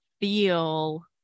feel